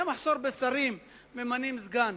היה מחסור בשרים, ממנים סגן.